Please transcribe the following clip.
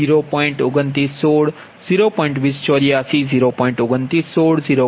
2084 0